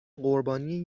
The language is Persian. قربانی